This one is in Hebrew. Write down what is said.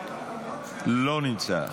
לא נמצא.